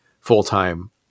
full-time